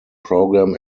program